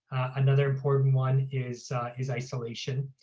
another important one is is isolation,